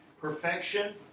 perfection